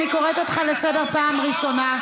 אני קוראת אותך לסדר פעם ראשונה.